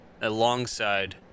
alongside